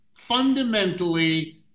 fundamentally